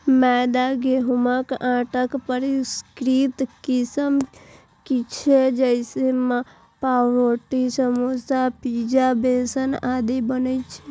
मैदा गहूंमक आटाक परिष्कृत किस्म छियै, जइसे पावरोटी, समोसा, पिज्जा बेस आदि बनै छै